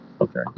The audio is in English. okay